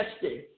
testing